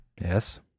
Yes